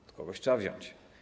Od kogoś trzeba wziąć.